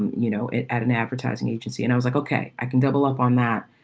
you know, at at an advertising agency. and i was like, ok, i can double up on that,